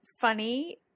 funny